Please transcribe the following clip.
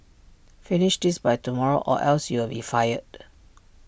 finish this by tomorrow or else you'll be fired